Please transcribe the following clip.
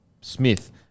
Smith